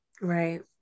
right